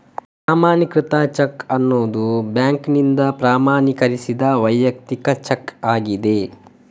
ಪ್ರಮಾಣೀಕೃತ ಚೆಕ್ ಅನ್ನುದು ಬ್ಯಾಂಕಿನಿಂದ ಪ್ರಮಾಣೀಕರಿಸಿದ ವೈಯಕ್ತಿಕ ಚೆಕ್ ಆಗಿದೆ